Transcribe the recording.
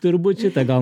turbūt šitą gal